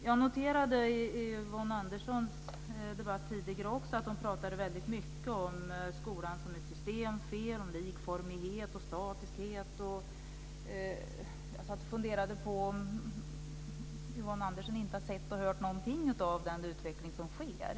Jag noterade att Yvonne Andersson i sitt anförande tidigare pratade väldigt mycket om skolan som ett systemfel, om likformighet och statiskhet. Jag funderade på om Yvonne Andersson inte har sett och hört någonting av den utveckling som sker.